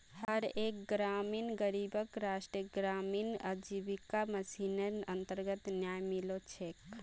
हर एक ग्रामीण गरीबक राष्ट्रीय ग्रामीण आजीविका मिशनेर अन्तर्गत न्याय मिलो छेक